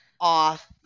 off